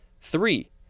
Three